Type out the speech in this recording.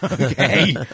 Okay